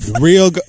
Real